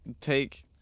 take